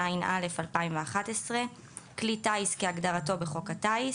התשע"א-2011; "כלי טיס" כהגדרתו בחוק הטיס,